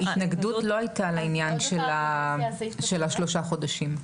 ההתנגדות לא הייתה לעניין של השלושה חודשים,